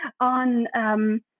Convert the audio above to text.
on